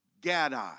Gadai